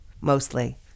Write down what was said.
Mostly